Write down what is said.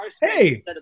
hey